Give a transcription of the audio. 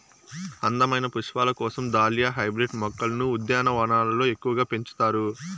అందమైన పుష్పాల కోసం దాలియా హైబ్రిడ్ మొక్కలను ఉద్యానవనాలలో ఎక్కువగా పెంచుతారు